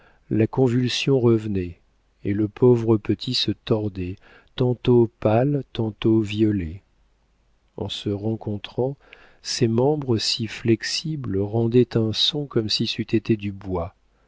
la convulsion revenait et le pauvre petit se tordait tantôt pâle tantôt violet en se rencontrant ses membres si flexibles rendaient un son comme si c'eût été du bois